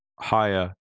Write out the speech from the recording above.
higher